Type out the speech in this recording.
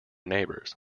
neighbors